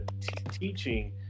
teaching